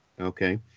Okay